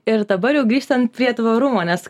ir dabar jau grįžtant prie tvarumo nes